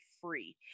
free